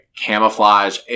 Camouflage